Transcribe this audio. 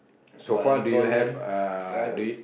so far do you have uh do you